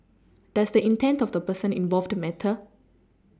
does the intent of the person involved matter